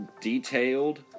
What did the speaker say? detailed